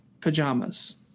pajamas